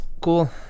cool